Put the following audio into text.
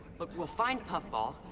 look, we'll find puffball,